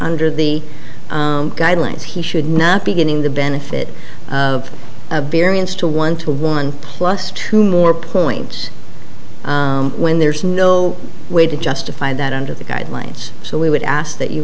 under the guidelines he should not be getting the benefit of a variance to one to one plus two more points when there is no way to justify that under the guidelines so we would ask that you